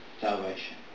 salvation